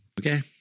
Okay